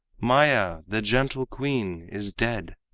maya, the gentle queen, is dead.